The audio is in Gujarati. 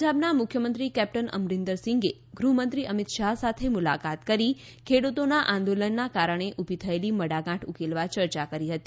પંજાબના મુખ્યમંત્રી કેપ્ટન અમરીંન્દર સિંહ ગૃહમંત્રી અમીતશાહ સાથે મુલાકાત કરી ખેડૂતોના આંદોલનના કારણે ઉભી થયેલી મડાગાઠ ઉકેલવા ચર્ચા કરી હતી